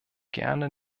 gerne